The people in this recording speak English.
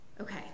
Okay